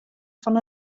fan